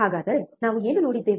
ಹಾಗಾದರೆ ನಾವು ಏನು ನೋಡಿದ್ದೇವೆ